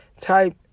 type